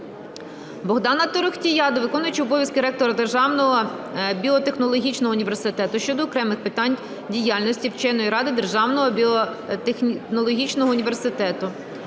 Богдана Торохтія до виконуючого обов'язки ректора Державного біотехнологічного університету щодо окремих питань діяльності вченої ради Державного біотехнологічного університету.